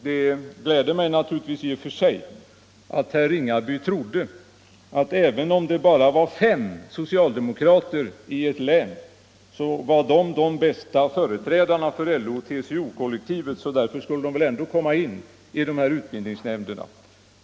Det gläder mig naturligtvis i och för sig att herr Ringaby tror att även om det bara finns fem socialdemokrater i ett län så är dessa de bästa företrädarna för LO och TCO-kollektiven och därför ändå skulle komma in i vuxenutbildningsnämnderna.